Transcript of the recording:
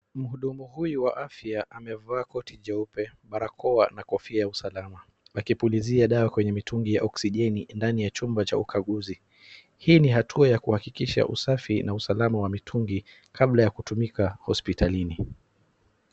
Mhudumu huyu wa afya amevaa koti jeupe, barakoa na kofia ya usalama akipulizia dawa kwenye mitungi ya oksijeni ndani ya chumba cha ukaguzi. Hii ni hatua ya usafi na usalama wa mitungi kabla ya kutumika hospitalini.